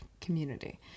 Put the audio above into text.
community